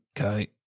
Okay